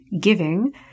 giving